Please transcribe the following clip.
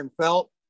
felt